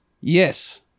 yes